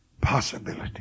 possibility